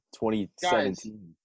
2017